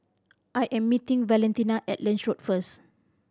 I am meeting Valentina at Lange Road first